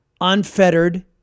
unfettered